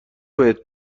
بهت